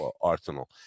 arsenal